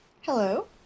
Hello